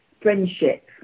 friendship